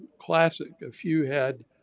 classic, a few had.